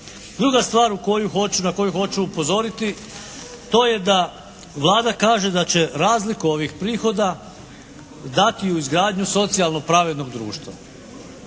koju hoću, na koju hoću upozoriti to je da Vlada kaže da će razliku ovih prihoda dati u izgradnju socijalno pravednog društva.